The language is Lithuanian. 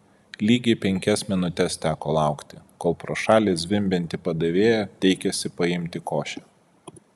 lygiai penkias minutes teko laukti kol pro šalį zvimbianti padavėja teikėsi paimti košę